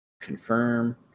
Confirm